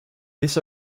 this